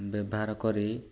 ବ୍ୟବହାର କରି